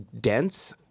dense